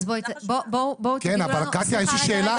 כן, אבל קטיה יש לי שאלה.